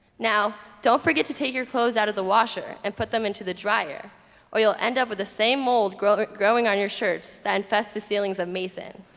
now don't forget to take your clothes out of the washer and put them into the dryer or you'll end up with the same mold growing growing on your shirts that infest the ceilings of mason